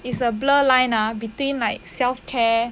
is a blur line ah between like self care